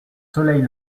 soleil